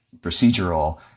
procedural